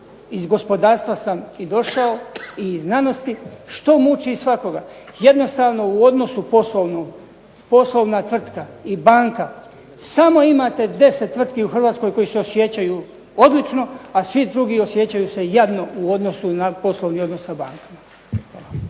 iz gospodarstva sam i došao i iz znanosti što muči svakoga. Jednostavno u odnosu poslovna tvrtka i banka samo imate 10 tvrtki u Hrvatskoj koji se osjećaju odlično, a svi drugi osjećaju se jadno u odnosu na poslovni odnos sa bankama.